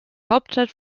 hauptstadt